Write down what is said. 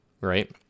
right